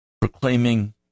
proclaiming